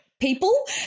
people